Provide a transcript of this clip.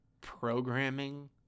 programming